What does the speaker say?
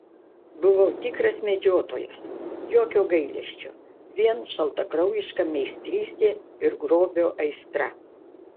buvau tikras medžiotojas jokio gailesčio vien šaltakraujiška meistrystė ir grobio aistra